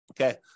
Okay